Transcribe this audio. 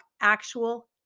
actual